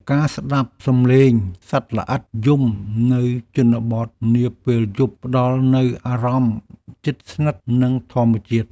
ការស្តាប់សំឡេងសត្វល្អិតយំនៅជនបទនាពេលយប់ ផ្តល់នូវអារម្មណ៍ជិតស្និទ្ធនឹងធម្មជាតិ។